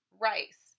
rice